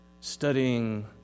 studying